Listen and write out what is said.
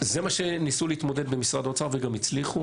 זה מה שניסו להתמודד איתו במשרד האוצר וגם הצליחו.